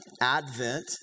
Advent